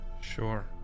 sure